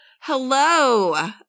Hello